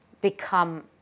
become